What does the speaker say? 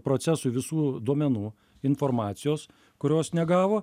procesui visų duomenų informacijos kurios negavo